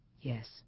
Yes